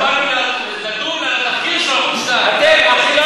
אנחנו באנו לדון על התחקיר של ערוץ 2. אנחנו אוהבים את כולם,